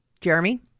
Jeremy